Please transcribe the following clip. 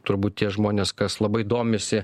turbūt tie žmonės kas labai domisi